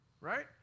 Right